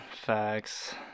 Facts